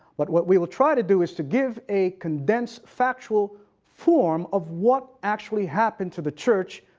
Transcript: but what we will try to do is to give a condensed factual form of what actually happened to the church,